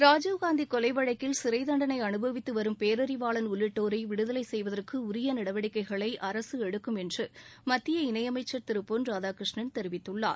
ராஜீவ் காந்தி கொலை வழக்கில் சிறை தண்டனை அனுபவித்து வரும் பேரறிவாளன் உள்ளிட்டோரை விடுதலை செய்வதற்கு உரிய நடவடிக்கைகளை அரசு எடுக்கும் என்று மத்திய இணை அமைச்சர் திரு பொன் ராதாகிருஷ்ணன் தெரிவித்துள்ளார்